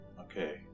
okay